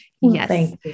yes